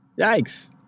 Yikes